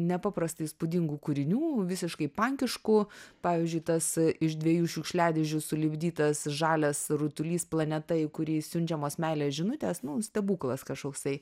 nepaprastai įspūdingų kūrinių visiškai pankiškų pavyzdžiui tas iš dviejų šiukšliadėžių sulipdytas žalias rutulys planeta į kurį siunčiamos meilės žinutės nu stebuklas kažkoksai